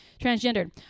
transgendered